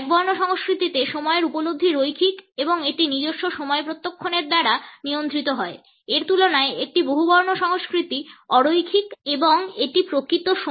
একবর্ণ সংস্কৃতিতে সময়ের উপলব্ধি রৈখিক এবং এটি নিজস্ব সময় প্রত্যক্ষণের দ্বারা নিয়ন্ত্রিত হয় এর তুলনায় একটি বহুবর্ণ সংস্কৃতি অ রৈখিক এবং এটি প্রকৃত সময় ভিত্তিক